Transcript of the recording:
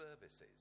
services